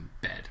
bed